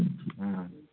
অঁ